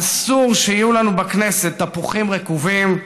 אסור שיהיו לנו בכנסת תפוחים רקובים,